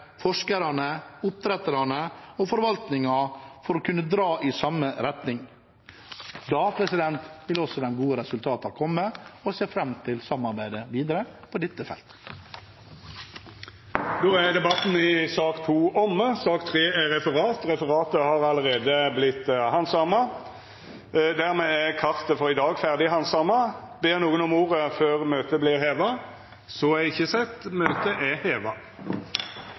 og forvaltningen for å kunne dra i samme retning. Da vil også de gode resultatene komme, og jeg ser fram til samarbeidet videre på dette feltet. Debatten i sak nr. 2 er omme. Sak nr. 3, Referat, er allereie handsama. Dermed er dagens kart ferdighandsama. Ber nokon om ordet før møtet vert heva? – Møtet er heva.